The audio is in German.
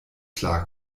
klar